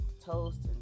toast